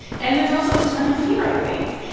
and there's also a ton of fear, i think.